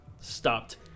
stopped